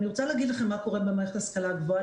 אני רוצה להגיד לכם מה קורה במערכת ההשכלה הגבוהה,